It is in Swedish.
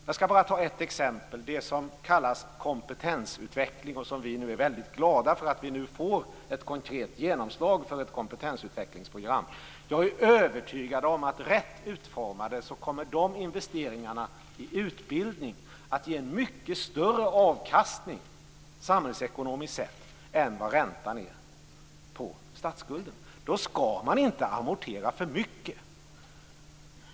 Jag skall ge ett exempel, nämligen det som kallas för kompetensutveckling. Vi är glada för att det nu blir ett genomslag för ett genomtänkt program för kompetensutveckling. Jag är övertygad om att rätt utformade kommer de investeringarna i utbildning att samhällsekonomiskt sett ge mycket större avkastning än vad räntan är på statsskulden. Då skall man inte amortera för mycket.